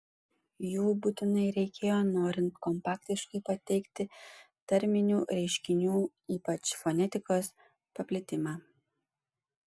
jų būtinai reikėjo norint kompaktiškai pateikti tarminių reiškinių ypač fonetikos paplitimą